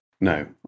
No